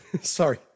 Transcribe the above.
Sorry